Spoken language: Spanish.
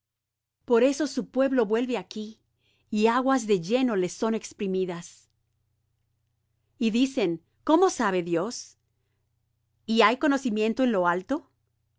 por eso su pueblo vuelve aquí y aguas de lleno le son exprimidas y dicen cómo sabe dios y hay conocimiento en lo alto